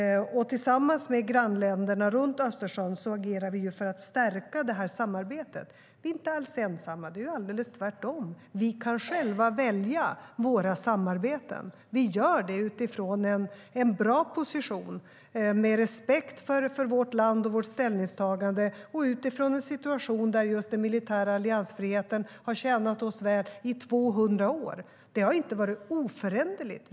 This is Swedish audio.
Tillsammans med grannländerna runt Östersjön agerar vi för att stärka det samarbetet. Det har inte varit oföränderligt.